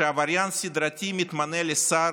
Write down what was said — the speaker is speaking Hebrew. וכשעבריין סדרתי מתמנה לשר,